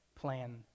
plan